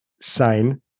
sign